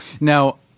Now